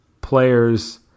players